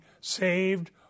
saved